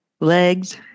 Legs